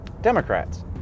Democrats